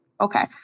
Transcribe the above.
Okay